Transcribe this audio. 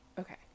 okay